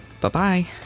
bye-bye